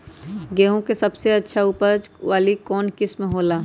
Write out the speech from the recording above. गेंहू के सबसे अच्छा उपज वाली कौन किस्म हो ला?